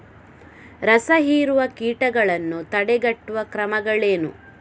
ರಸಹೀರುವ ಕೀಟಗಳನ್ನು ತಡೆಗಟ್ಟುವ ಕ್ರಮಗಳೇನು?